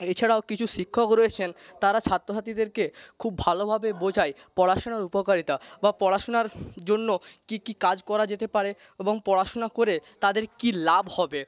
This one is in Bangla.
এছাড়াও কিছু শিক্ষক রয়েছেন তারা ছাত্রছাত্রীদেরকে খুব ভালোভাবে বোঝায় পড়াশোনার উপকারিতা বা পড়াশোনার জন্য কি কি কাজ কাজ করা যেতে পারে এবং পড়াশোনার করে তাদের কি লাভ হবে